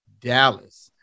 dallas